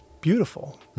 beautiful